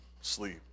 sleep